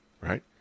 right